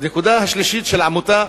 הנקודה השלישית, של עמותה,